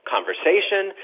conversation